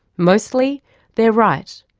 mostly they're right,